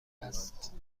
است